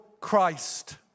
Christ